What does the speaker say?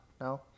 No